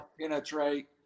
penetrate